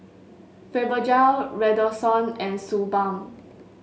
Fibogel Redoxon and Suu Balm